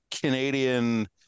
Canadian